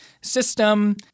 system